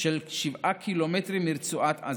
של 7 קילומטרמ מרצועת עזה.